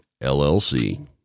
LLC